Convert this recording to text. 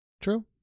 True